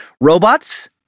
Robots